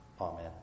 Amen